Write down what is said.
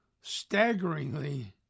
staggeringly